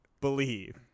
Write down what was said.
believe